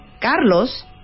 Carlos